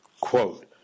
quote